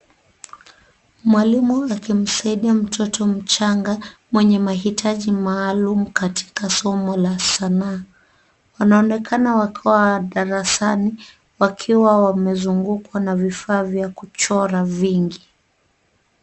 Mwalimu akimsaidia mtoto mchanga mwenye mahitaji maalumu katika somo la sanaa. Wanaonekana wakiwa darasani, wakiwa wamezungukwa na vifaa vya kuchora vingi.